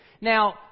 Now